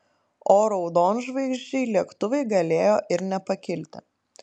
o raudonžvaigždžiai lėktuvai galėjo ir nepakilti